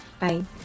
Bye